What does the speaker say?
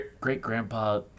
Great-Grandpa